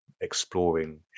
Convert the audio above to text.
exploring